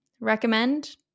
recommend